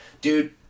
dude